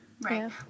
right